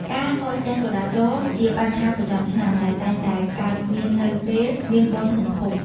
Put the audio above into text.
ការកកស្ទះចរាចរណ៍ជាបញ្ហាប្រចាំឆ្នាំដែលតែងតែកើតមាននៅពេលមានបុណ្យធំៗ។